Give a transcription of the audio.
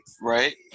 right